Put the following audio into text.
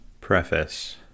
Preface